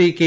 P K